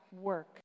work